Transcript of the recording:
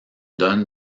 donne